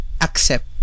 accept